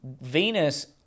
Venus